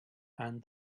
and